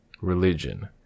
religion